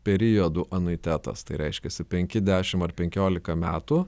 periodų anuitetas tai reiškiasi penki dešim ar penkiolika metų